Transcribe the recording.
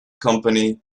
company